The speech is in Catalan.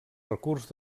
recurs